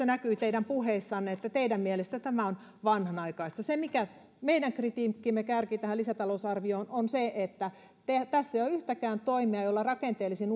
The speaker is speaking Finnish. näkyy teidän puheissanne että teidän mielestänne tämä on vanhanaikaista se mikä meidän kritiikkimme kärki tähän lisätalousarvioon on on se että tässä ei ole yhtäkään toimea jolla rakenteellisin